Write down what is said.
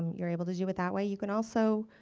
you're able to do it that way. you can also